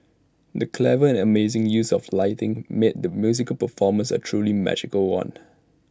the clever and amazing use of lighting made the musical performance A truly magical one